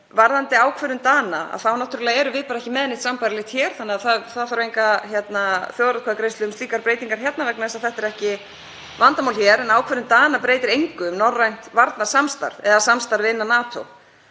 Varðandi ákvörðun Dana þá erum við náttúrlega ekki með neitt sambærilegt hér þannig að það þarf enga þjóðaratkvæðagreiðslu um slíkar breytingar vegna þess að þetta er ekki vandamál hér. En ákvörðun Dana breytir engu um norrænt varnarsamstarf eða samstarfið innan NATO,